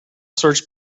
search